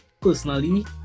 personally